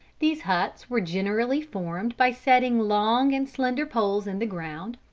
these huts were generally formed by setting long and slender poles in the ground,